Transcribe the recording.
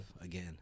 again